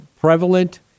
prevalent